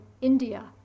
India